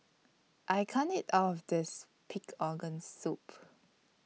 I can't eat All of This Pig Organ Soup